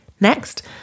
Next